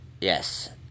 Yes